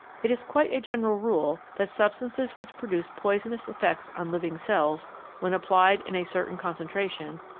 it is quite a general rule that substances which produce poisonous effects on living cells when applied in a certain concentration,